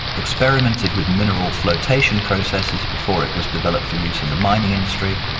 experimented with mineral flotation processes before it was developed for use in the mining industry,